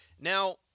Now